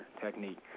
technique